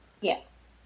Yes